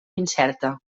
incerta